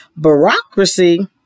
bureaucracy